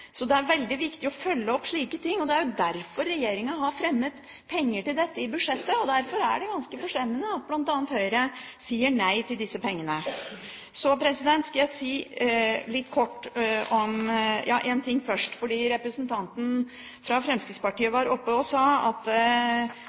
Det er veldig viktig å følge opp slike ting. Det er jo derfor regjeringen har fremmet forslag om penger til dette i budsjettet, og det er ganske forstemmende at bl.a. Høyre sier nei til disse pengene.